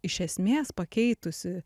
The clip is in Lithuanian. iš esmės pakeitusį